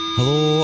Hello